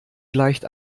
gleicht